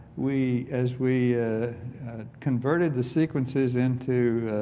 we as we converted the sequences into